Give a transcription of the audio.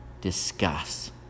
discuss